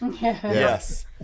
Yes